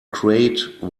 crate